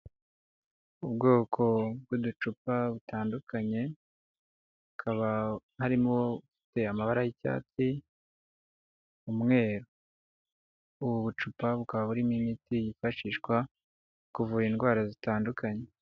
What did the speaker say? Ubwoko bw'uducupa butandukanye hakaba harimo amabara y'icyatsi, umweru, ubu bucupa bukaba burimo imiti yifashishwa kuvura indwara zitandukanye.